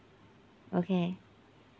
okay